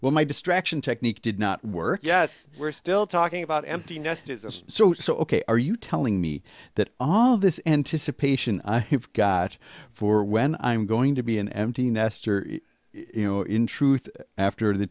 when my distraction technique did not work yes we're still talking about empty nest is so so ok are you telling me that all this anticipation i have got for when i'm going to be an empty nester you know in truth after the